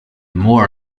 more